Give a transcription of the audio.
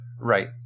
Right